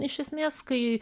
iš esmės kai